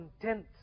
content